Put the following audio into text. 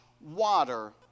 water